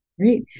great